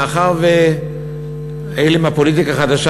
מאחר שאלה מהפוליטיקה החדשה,